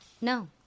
No